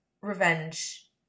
revenge